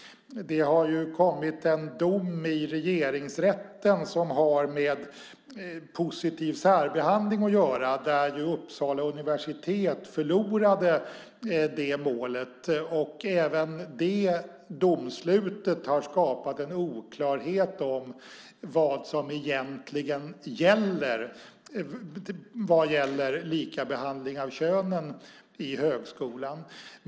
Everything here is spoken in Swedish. Det har kommit en dom i Regeringsrätten som har med positiv särbehandling att göra. Där förlorade Uppsala universitet målet. Det domslutet har skapat en oklarhet om vad som egentligen gäller för likabehandling av könen i högskolan.